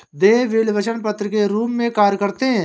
देय बिल वचन पत्र के रूप में कार्य करते हैं